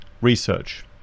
research